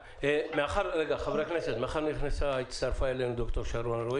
מאחר שהצטרפה אלינו ד"ר שרון אלרעי